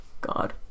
God